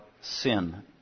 sin